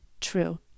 true